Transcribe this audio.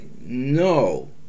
No